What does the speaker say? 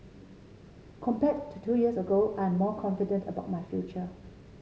compared to two years ago I am more confident about my future